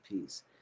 peace